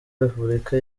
repubulika